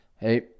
hey